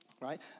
Right